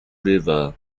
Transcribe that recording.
river